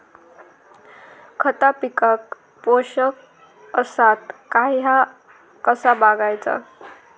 खता पिकाक पोषक आसत काय ह्या कसा बगायचा?